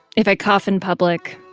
if i cough in public,